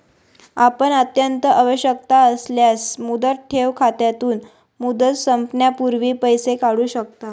आपण अत्यंत आवश्यकता असल्यास मुदत ठेव खात्यातून, मुदत संपण्यापूर्वी पैसे काढू शकता